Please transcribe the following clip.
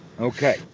Okay